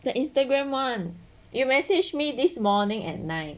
the Instagram [one] you message me this morning at nine